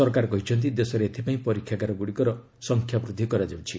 ସରକାର କହିଛନ୍ତି ଦେଶରେ ଏଥିପାଇଁ ପରୀକ୍ଷାଗାରଗୁଡ଼ିକର ସଂଖ୍ୟା ବୃଦ୍ଧି କରାଯାଉଛି